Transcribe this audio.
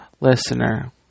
listener